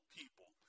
people